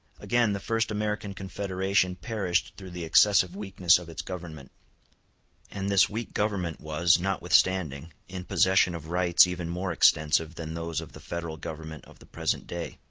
again, the first american confederation perished through the excessive weakness of its government and this weak government was, notwithstanding, in possession of rights even more extensive than those of the federal government of the present day.